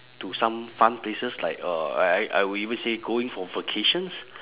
to some fun places like uh I I I would even say going for vacations